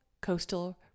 coastal